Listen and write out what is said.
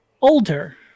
older